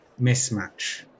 mismatch